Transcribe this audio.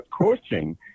coaching